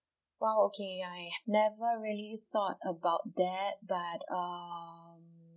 !wow! okay I never really thought about that but um